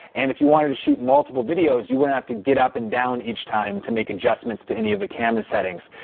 and if you wanted to shoot multiple videos, you wouldn't have to get up and down each time to make adjustments to any of the camera settings.